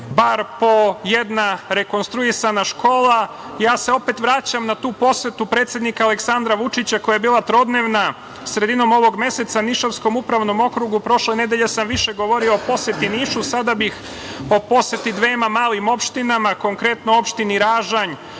bar po jedna rekonstruisana škola. Ja se opet vraćam na tu posetu predsednika Aleksandra Vučića, koja je bila trodnevna, sredinom ovog meseca, Nišavskom upravnom okrugu. Prošle nedelje sam više govorio o poseti Nišu, sada bih o poseti dvema malim opštinama, konkretno opštini Ražanj